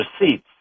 receipts